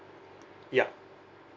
yup